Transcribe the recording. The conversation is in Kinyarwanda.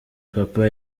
papa